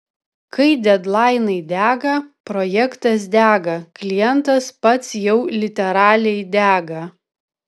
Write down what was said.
kai dedlainai dega projektas dega klientas pats jau literaliai dega